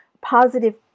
positive